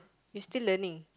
you still learning